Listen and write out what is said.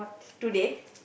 today